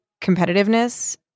competitiveness